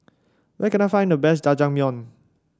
where can I find the best Jajangmyeon